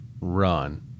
run